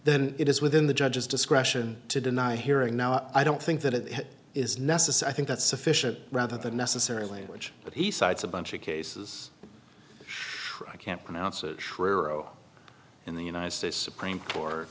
then it is within the judge's discretion to deny hearing now i don't think that it is necessary i think that's sufficient rather than necessary language that he cites a bunch of cases i can't pronounce it truro in the united states supreme court